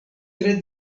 tre